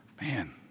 Man